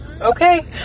Okay